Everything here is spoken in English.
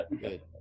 Good